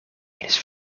eens